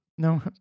No